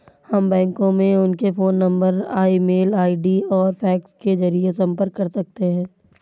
हम बैंकों से उनके phone number email ID और फैक्स के जरिए संपर्क कर सकते हैं